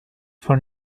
for